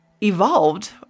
evolved